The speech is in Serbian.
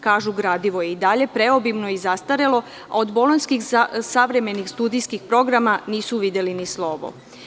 Kažu da je gradivo i dalje preobimno i zastarelo i od bolonjskih savremenih studijskih programa nisu videli ni slovo.